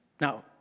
Now